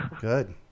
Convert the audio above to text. Good